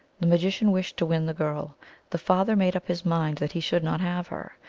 the magician wished to win the girl the father made up his mind that he should not have her.